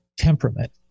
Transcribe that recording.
Temperament